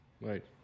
Right